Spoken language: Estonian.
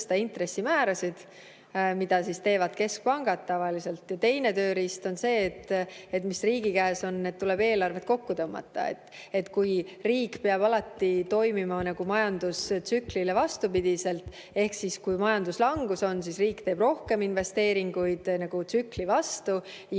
mida keskpangad tavaliselt teevad. Teine tööriist on see, mis riigi käes on, et tuleb eelarvet kokku tõmmata. Riik peab alati toimima majandustsüklile vastupidiselt ehk kui on majanduslangus, siis riik teeb rohkem investeeringuid, nagu tsükli vastu, ja